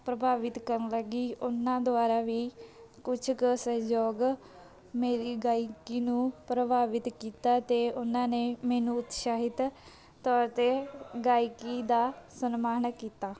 ਪ੍ਰਭਾਵਿਤ ਕਰਨ ਲੱਗ ਗਈ ਉਹਨਾਂ ਦੁਆਰਾ ਵੀ ਕੁਛ ਕੁ ਸਹਿਯੋਗ ਮੇਰੀ ਗਾਇਕੀ ਨੂੰ ਪ੍ਰਭਾਵਿਤ ਕੀਤਾ ਅਤੇ ਉਹਨਾਂ ਨੇ ਮੈਨੂੰ ਉਤਸ਼ਾਹਿਤ ਤੌਰ 'ਤੇ ਗਾਇਕੀ ਦਾ ਸਨਮਾਨ ਕੀਤਾ